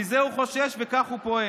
מזה הוא חושש וכך הוא פועל.